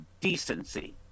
decency